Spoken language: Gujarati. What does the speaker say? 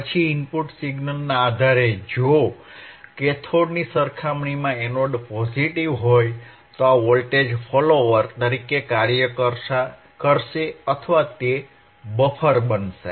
પછી ઇનપુટ સિગ્નલના આધારે જો કેથોડની સરખામણીમાં એનોડ પોઝીટીવ હોય તો આ વોલ્ટેજ ફોલોઅર તરીકે કાર્ય કરશે અથવા તે બફર બનશે